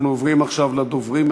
אנחנו עוברים עכשיו לדוברים.